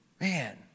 Man